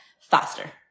faster